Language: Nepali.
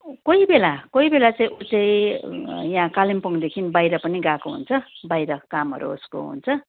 कोही बेला कोही बेला चाहिँ उ चाहिँ यहाँ कालिम्पोङदेखि बाहिर पनि गएको हुन्छ बाहिर कामहरू उसको हुन्छ